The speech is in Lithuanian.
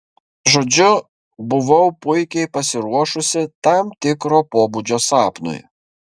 žodžiu buvau puikiai pasiruošusi tam tikro pobūdžio sapnui